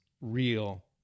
real